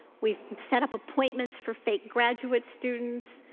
we've setup appointments for fake graduate students,